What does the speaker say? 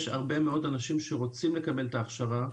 יש הרבה מאוד אנשים שרוצים לקבל את ההכשרה.